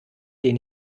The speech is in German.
den